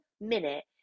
minute